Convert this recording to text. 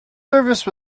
service